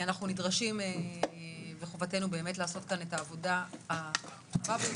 אנחנו נדרשים לזה וחובתנו לעשות את העבודה הטובה,